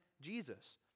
jesus